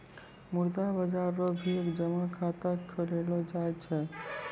मुद्रा बाजार रो भी एक जमा खाता खोललो जाय छै